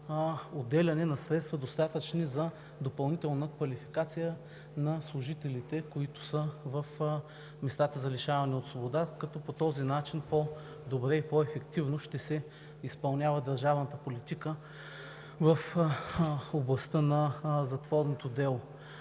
отделяне на достатъчно средства за допълнителна квалификация на служителите в местата за лишаване от свобода, като по този начин по-добре и по-ефективно ще се изпълнява държавната политика в областта на затворното дело.